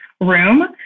room